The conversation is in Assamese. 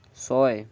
ছয়